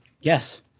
Yes